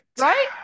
Right